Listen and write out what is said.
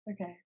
okay